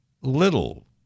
little